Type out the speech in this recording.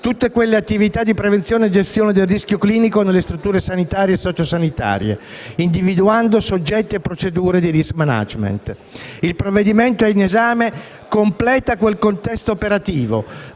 tutte quelle attività di prevenzione e gestione del rischio clinico nelle strutture sanitarie e sociosanitarie, individuando soggetti e procedure di *risk management*. Il provvedimento in esame completa quel contesto operativo,